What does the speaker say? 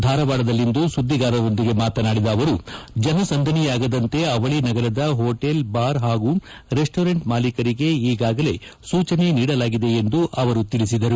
ಧಾರವಾಡದಲ್ಲಿಂದು ಸುದ್ದಿಗಾರರೊಂದಿಗೆ ಮಾತನಾದಿದ ಅವರು ಜನ ಸಂದಣಿಯಾಗದಂತೆ ಅವಳಿನಗರದ ಹೋಟೆಲ್ ಬಾರ್ ಹಾಗೂ ರೆಸ್ಟೋರೆಂಟ್ ಮಾಲೀಕರಿಗೆ ಈಗಾಗಲೇ ಸೂಚನೆ ನೀಡಲಾಗಿದೆ ಎಂದು ಅವರು ತಿಳಿಸಿದರು